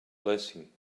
blessing